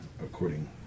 according